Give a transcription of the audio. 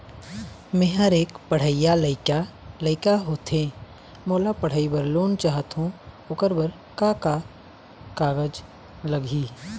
मेहर एक पढ़इया लइका लइका होथे मोला पढ़ई बर लोन चाहथों ओकर बर का का कागज लगही?